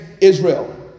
Israel